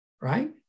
right